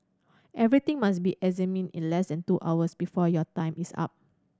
everything must be examined in less than two hours before your time is up